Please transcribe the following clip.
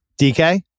DK